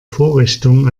vorrichtung